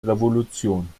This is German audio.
revolution